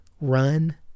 run